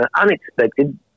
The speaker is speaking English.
unexpected